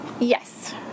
Yes